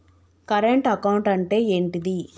Current account అంటే ఏంటిది?